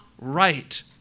right